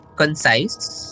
concise